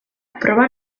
proba